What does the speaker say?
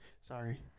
Sorry